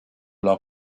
leur